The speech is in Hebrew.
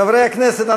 חברי הכנסת,